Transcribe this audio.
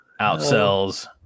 outsells